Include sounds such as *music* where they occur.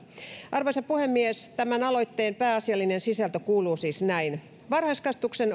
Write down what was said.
arvoisa puhemies tämän aloitteen pääasiallinen sisältö kuuluu siis näin varhaiskasvatuksen *unintelligible*